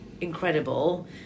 incredible